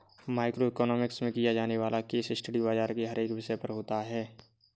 micro economics में किया जाने वाला केस स्टडी बाजार के हर एक विषय पर होता है